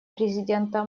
президента